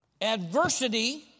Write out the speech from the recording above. Adversity